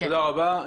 תודה רבה.